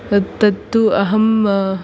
तद् तत्तु अहं